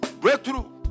Breakthrough